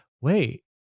wait